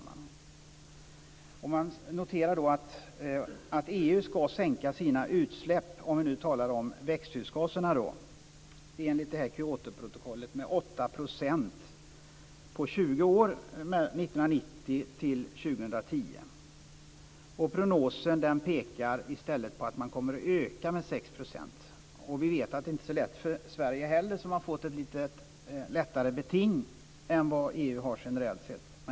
Man noterar att EU-skall sänka sina utsläpp - om vi nu talar om växthusgaserna - enligt Kyotoprotokollet med 8 % på 20 år, från år 1990 till år 2010. Prognosen pekar i stället på att man kommer att öka med 6 %. Vi vet att det inte heller är så lätt för Sverige, som har fått ett lite lättare beting än vad EU har generellt sett.